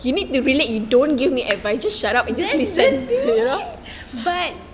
that's the thing but